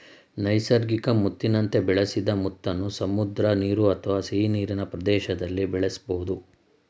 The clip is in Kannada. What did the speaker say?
ನೈಸರ್ಗಿಕ ಮುತ್ತಿನಂತೆ ಬೆಳೆಸಿದ ಮುತ್ತನ್ನು ಸಮುದ್ರ ನೀರು ಅಥವಾ ಸಿಹಿನೀರಿನ ಪ್ರದೇಶ್ದಲ್ಲಿ ಬೆಳೆಸ್ಬೋದು